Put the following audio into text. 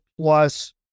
plus